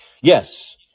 Yes